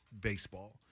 baseball